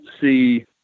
see